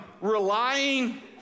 relying